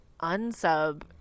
unsub